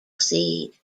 seed